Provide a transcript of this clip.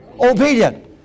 Obedient